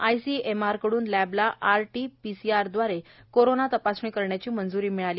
ICMR कड्न लॅबला RT PCR द्वारे कोरोना तपासणी करण्याची मंज्रीहि मिळाली